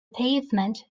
pavement